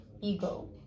ego